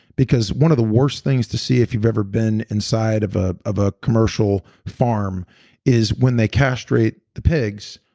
because one of the worst things to see if you've ever been inside of ah of a commercial farm is when they castrate the pigs,